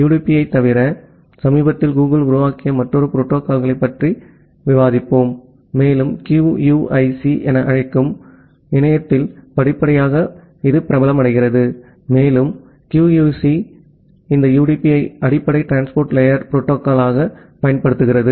யுடிபியைத் தவிர சமீபத்தில் கூகிள் உருவாக்கிய மற்றொரு புரோட்டோகால்யைப் பற்றி விவாதிப்போம் மேலும் QUIC என நாங்கள் அழைக்கும் இணையத்தில் படிப்படியாக பிரபலமடைகிறது மேலும் QUIC இந்த UDP ஐ அடிப்படை டிரான்ஸ்போர்ட் லேயர் புரோட்டோகால் பயன்படுத்துகிறது